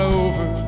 over